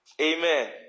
Amen